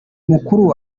mukuru